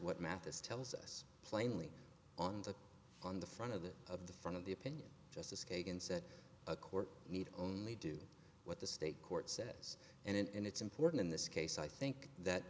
what mathis tells us plainly on the on the front of the of the front of the opinion justice kagan said a court need only do what the state court says and it's important in this case i think that